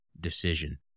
decision